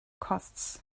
costs